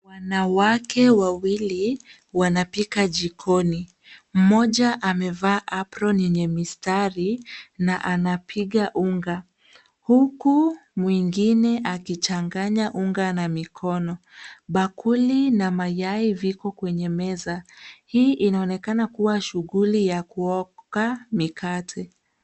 Wanawake wawili wanapika jikoni. Mmoja amevaa apron yenye mistari na anapiga unga huku mwingine akichanganya unga na mikono. Bakuli na mayai viko kwenye meza. Hii inaonekana kuwa shughuli ya kuoka mikate.